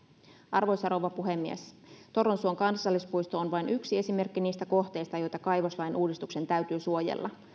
arvoisa rouva puhemies torronsuon kansallispuisto on vain yksi esimerkki niistä kohteista joita kaivoslain uudistuksen täytyy suojella